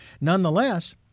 nonetheless